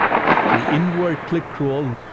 the inward click roll,